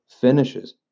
finishes